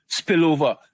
spillover